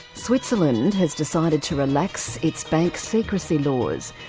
switzerland has decided to relax its bank secrecy laws.